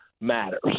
matters